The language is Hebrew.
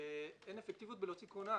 אין אפקטיביות להוציא כונן.